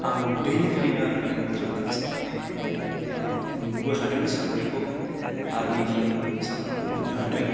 आं उन्दैनिफ्रायनो आर्मियावनो थांगोन सान्नानै माने मोन्नोबो हादों साख्रिखौ आर्मिनि साख्रिखौ मोन्नो हादों